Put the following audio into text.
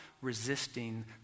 resisting